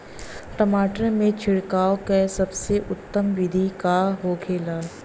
टमाटर में छिड़काव का सबसे उत्तम बिदी का होखेला?